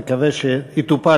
נקווה שאכן יטופל.